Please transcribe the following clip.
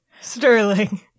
Sterling